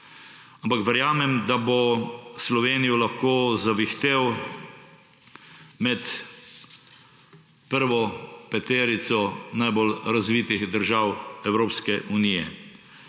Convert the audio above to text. ampak verjamem, da bo Slovenijo lahko zavihtel med prvo peterico najbolj razvitih držav Evropske unije.